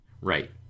Right